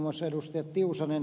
tiusanen ja ed